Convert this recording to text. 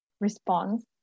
response